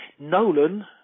Nolan